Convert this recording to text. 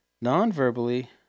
non-verbally